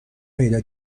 پیدا